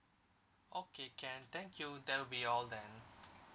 okay can thank you that will be all then